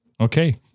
Okay